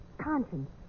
Conscience